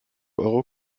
euro